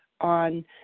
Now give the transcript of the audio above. on